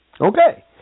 Okay